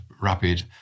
rapid